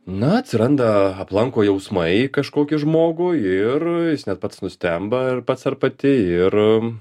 na atsiranda aplanko jausmai kažkokį žmogų ir jis net pats nustemba ir pats ar pati ir